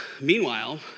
Meanwhile